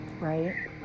Right